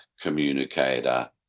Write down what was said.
communicator